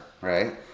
Right